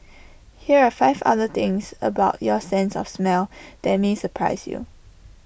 here are five other things about your sense of smell that may surprise you